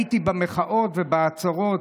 הייתי במחאות ועצרות,